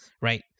right